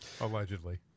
Allegedly